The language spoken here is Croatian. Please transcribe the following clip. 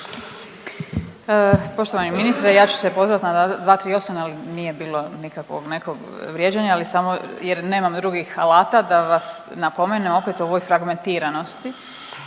Poštovani ministre, ja ću se pozvat na 238., ali nije bilo nikakvog nekog vrijeđanja, ali samo, jer nemam drugih alata da vas napomenem opet o ovoj fragmentiranosti.